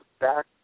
back